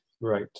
right